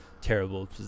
terrible